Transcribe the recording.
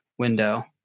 window